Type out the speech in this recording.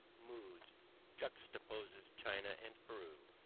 moods juxtaposes china and peru,